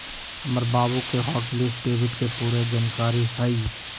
हमर बाबु के हॉट लिस्ट डेबिट के पूरे जनकारी हइ